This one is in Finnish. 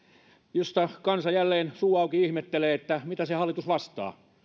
jossa kansa jälleen suu auki ihmettelee mitä se hallitus vastaa